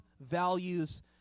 values